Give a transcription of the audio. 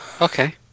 okay